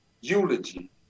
eulogy